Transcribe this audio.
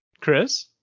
Chris